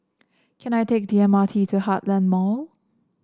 can I take the M R T to Heartland Mall